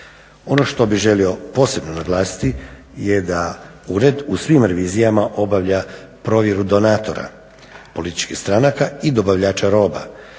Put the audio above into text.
Ono što bih želio posebno naglasiti je da ured u svim revizijama obavlja provjeru donatora političkih stranaka i dobavljača roba,